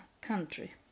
country